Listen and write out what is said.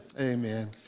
Amen